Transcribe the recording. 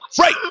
Right